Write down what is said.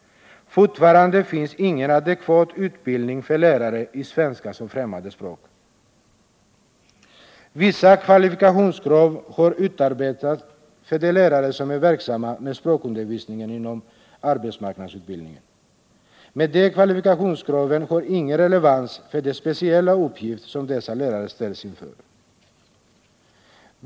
Fortfarande finns ingen adekvat utbildning för lärare i svenska som främmande språk. Vissa kvalifikationskrav har utarbetats för de lärare som är verksamma med språkundervisning inom arbetsmarknadsutbildningen. Men de kvalifikationskraven har ingen relevans för den speciella uppgift som dessa lärare ställs inför.